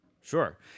Sure